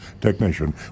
Technician